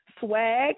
swag